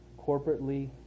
corporately